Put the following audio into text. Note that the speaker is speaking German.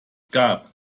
gab